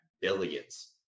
billions